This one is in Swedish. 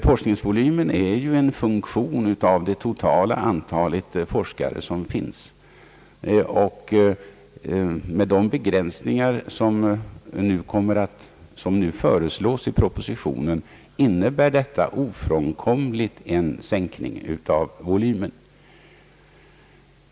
Forskningsvolymen är ju en funktion av det totala antalet forskare som finns, och de begränsningar som nu föreslås i propositionen innebär ofrånkomligt en krympning av volymen.